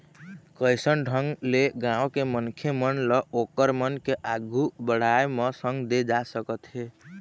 कइसन ढंग ले गाँव के मनखे मन ल ओखर मन के आघु बड़ाय म संग दे जा सकत हे